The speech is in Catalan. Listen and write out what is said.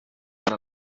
per